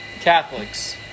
Catholics